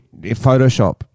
Photoshop